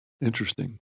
Interesting